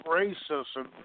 racism